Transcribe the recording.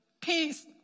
Peace